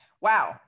Wow